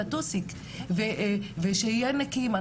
את הטוסיק ושיהיו נקיים.